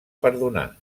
perdonar